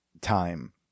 time